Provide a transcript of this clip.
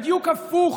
בדיוק הפוך.